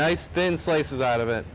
nice things slices out of it